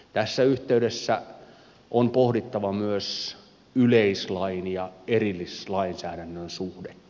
tässä yhteydessä on pohdittava myös yleislain ja erillislainsäädännön suhdetta